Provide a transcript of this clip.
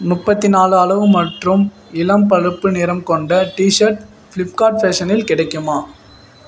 முப்பத்தி நாலு அளவு மற்றும் இளம் பழுப்பு நிறம் கொண்ட டீஷர்ட் ஃப்ளிப்கார்ட் ஃபேஷனில் கிடைக்குமா